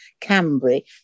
Cambry